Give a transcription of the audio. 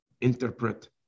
interpret